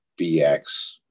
bx